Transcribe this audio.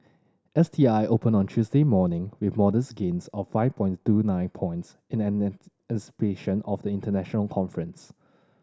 S T I opened on Tuesday morning with modest gains of five point two nine points in of the international conference